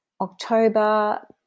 October